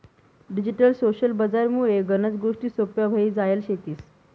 digital social बजार मुळे गनच गोष्टी सोप्प्या व्हई जायल शेतीस